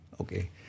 Okay